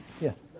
Yes